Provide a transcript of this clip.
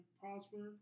prosper